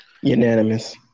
Unanimous